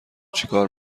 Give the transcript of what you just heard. چیکار